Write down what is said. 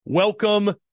Welcome